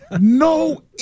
no